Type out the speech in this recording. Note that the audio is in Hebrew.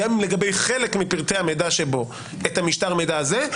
גם לגבי חלק מפרטי המידע שבו את המשטר מידע הזה,